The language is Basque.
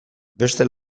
beste